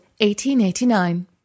1889